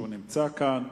שנמצא כאן,